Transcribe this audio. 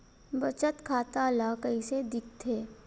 बचत खाता ला कइसे दिखथे?